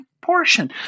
portion